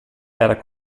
era